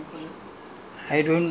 I go temple because of you